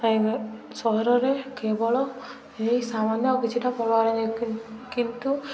ତାଇ ହୁଏ ସହରରେ କେବଳ ଏହି ସାମାନ୍ୟ କିଛିଟା ପର୍ବପର୍ବାଣି କି କିନ୍ତୁ